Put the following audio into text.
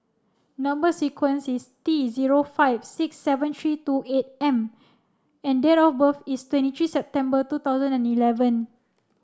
number sequence is T zero five six seven three two eight M and date of birth is twenty three September two thousand and eleven